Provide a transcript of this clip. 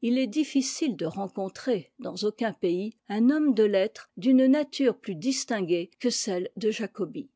u est difficile de rencontrer dans aucun pays un homme de lettres d'une nature plus distinguée que celle de jacobi